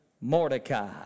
Mordecai